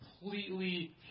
completely